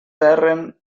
erren